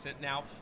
now